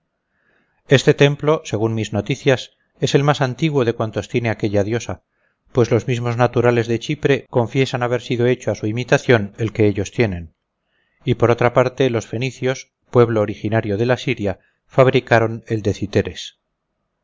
este templo según mis noticias es el más antiguo de cuantos tiene aquella diosa pues los mismos naturales de chipre confiesan haber sido hecho a su imitación el que ellos tienen y por otra parte los fenicios pueblo originario de la siria fabricaron el